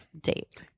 date